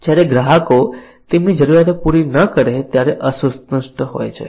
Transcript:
જ્યારે ગ્રાહકો તેમની જરૂરિયાતો પૂરી ન કરે ત્યારે અસંતુષ્ટ હોય છે